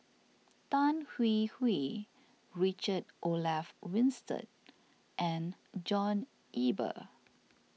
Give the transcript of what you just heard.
Tan Hwee Hwee Richard Olaf Winstedt and John Eber